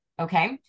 Okay